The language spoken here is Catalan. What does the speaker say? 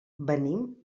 venim